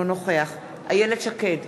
אינו נוכח איילת שקד,